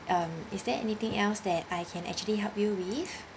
um is there anything else that I can actually help you with